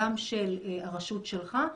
גם של הרשות שלך,